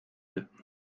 deux